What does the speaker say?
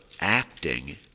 acting